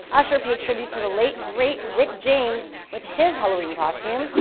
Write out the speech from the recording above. usher paid tribute to the late, great rick james with his halloween costume.